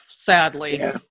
Sadly